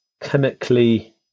chemically